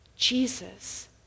Jesus